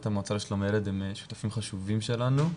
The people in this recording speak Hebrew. המועצה לשלום הילד הם שותפים חשובים שלנו.